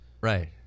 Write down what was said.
right